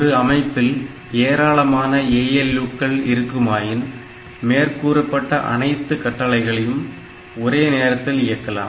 ஒரு அமைப்பில் ஏராளமான ALU க்கள் இருக்குமாயின் மேற்கூறப்பட்ட அனைத்து கட்டளைகளையும் ஒரே நேரத்தில் இயக்கலாம்